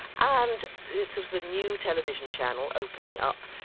and this was a new television channel opening up.